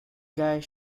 guys